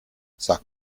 sag